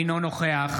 אינו נוכח